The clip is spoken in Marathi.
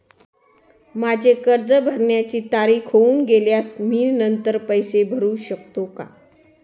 माझे कर्ज भरण्याची तारीख होऊन गेल्यास मी नंतर पैसे भरू शकतो का?